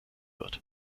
wird